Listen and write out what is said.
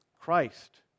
Christ